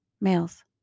Males